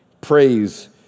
praise